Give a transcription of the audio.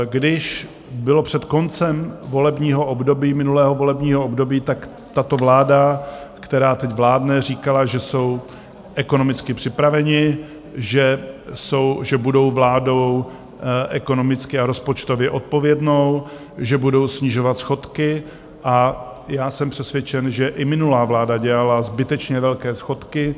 Když bylo před koncem volebního období, minulého volebního období, tak tato vláda, která teď vládne, říkala, že jsou ekonomicky připraveni, že budou vládou ekonomicky a rozpočtově odpovědnou, že budou snižovat schodky, a já jsem přesvědčen, že i minulá vláda dělala zbytečně velké schodky.